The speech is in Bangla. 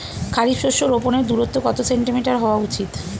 খারিফ শস্য রোপনের দূরত্ব কত সেন্টিমিটার হওয়া উচিৎ?